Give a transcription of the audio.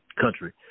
country